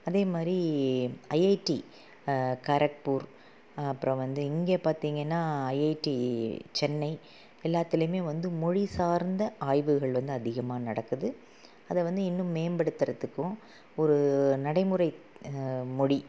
அதே மாரி ஐஐடி கரெட்ப்பூர் அப்புறம் வந்து இங்கே பார்த்தீங்கன்னா ஐஐடி சென்னை எல்லாத்திலேயுமே வந்து மொழி சார்ந்த ஆய்வுகள் வந்து அதிகமாக நடக்குது அதை வந்து இன்னும் மேம்படுத்துகிறதுக்கும் ஒரு நடைமுறை மொழி